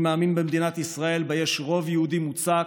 אני מאמין במדינת ישראל שבה יש רוב יהודי מוצק,